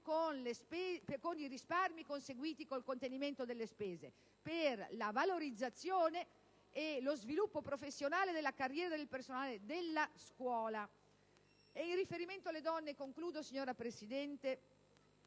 con i risparmi conseguiti grazie al contenimento delle spese per la valorizzazione e lo sviluppo professionale della carriera del personale della scuola. E, in riferimento alle donne, signora Presidente,